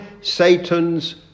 Satan's